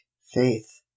Faith